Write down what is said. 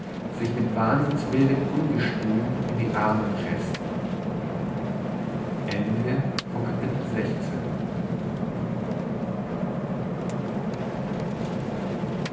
sich mit wahnsinnswildem ungestüm in die arme preßten